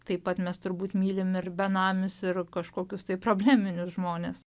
taip pat mes turbūt mylim ir benamius ir kažkokius tai probleminius žmones